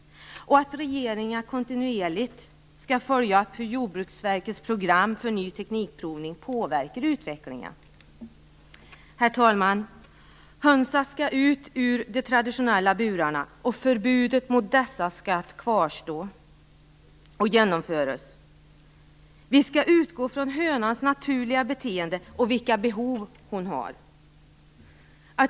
Regeringen skall kontinuerligt följa upp hur Jordbruksverkets program för provning av ny teknik påverkar utvecklingen. Herr talman! Hönsen skall ut ur de traditionella burarna, och förbudet mot burarna skall kvarstå och genomföras. Vi skall utgå från hönans naturliga beteende och vilka behov hon har.